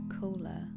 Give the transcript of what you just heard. cooler